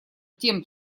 тем